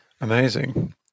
Amazing